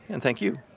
and thank you.